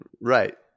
Right